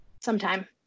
sometime